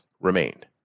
remained